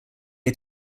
are